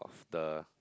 the